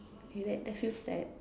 okay that that feels sad